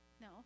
No